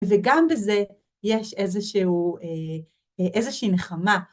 וגם בזה יש איזשהו, איזושהי נחמה